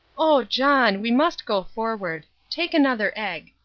oh, john, we must go forward. take another egg.